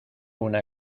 una